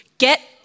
Get